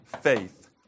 faith